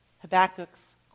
Habakkuk's